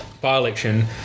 by-election